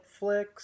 Netflix